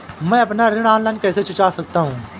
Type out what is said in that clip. मैं अपना ऋण ऑनलाइन कैसे चुका सकता हूँ?